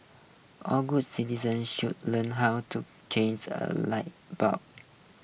all good citizens should learn how to change a light bulb